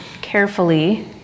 carefully